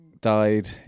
died